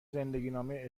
زندگینامه